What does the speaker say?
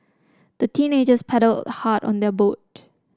the teenagers paddled hard on their boat